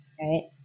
right